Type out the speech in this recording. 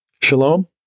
Shalom